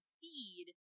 feed